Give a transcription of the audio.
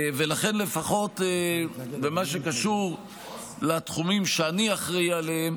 ולכן, לפחות במה שקשור לתחומים שאני אחראי להם,